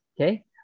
okay